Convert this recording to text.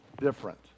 different